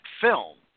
film